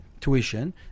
tuition